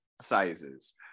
sizes